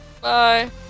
Bye